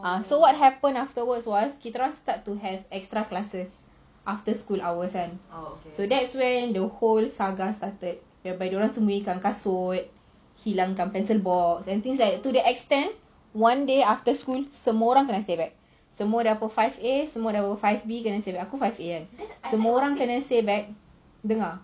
ah so what happen afterwards was kita orang start to have extra classes after school hours so that's where the whole saga started dorang sembunyikan kasut hilangkan pencil box it's like to the extent one day after school semua orang kena stay back semua dari five A semua dari five B kena stay back aku daripada five A kan dengar